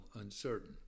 uncertain